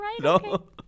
No